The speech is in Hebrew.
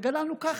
וגדלנו כך,